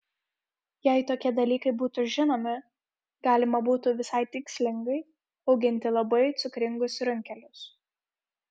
jei tokie dalykai būtų žinomi galima būtų visai tikslingai auginti labai cukringus runkelius